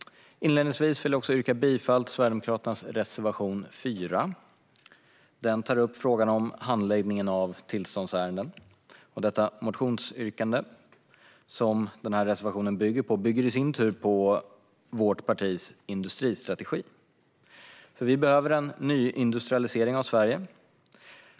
Inledningsvis vill jag yrka bifall till Sverigedemokraternas reservation 4. Den tar upp frågan om handläggningen av tillståndsärenden. Det motionsyrkande som reservationen bygger på bygger i sin tur på vårt partis industristrategi. Det behövs en nyindustrialisering av Sverige.